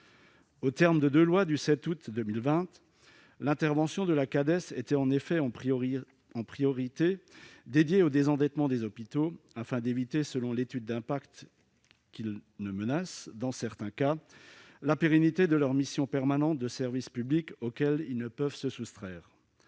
Aux termes de deux lois du 7 août 2020, l'intervention de la Cades était en effet en priorité dédiée au désendettement des hôpitaux afin d'éviter, selon l'étude d'impact, que le niveau d'endettement ne menace dans certains cas la pérennité de leur mission permanente de service public à laquelle ils ne peuvent se soustraire.